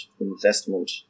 investment